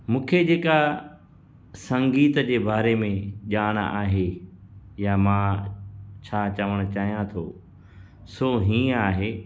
मूंखे जेका संगीत जे बारे में ॼाण आहे या मां छा चवणु चाहियां थो सो हीअं आहे